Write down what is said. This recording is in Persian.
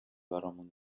برامون